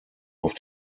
auf